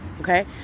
okay